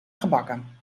gebakken